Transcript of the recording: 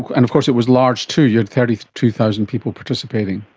and of course it was large too, you had thirty two thousand people participating.